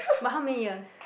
but how many years